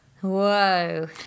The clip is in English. Whoa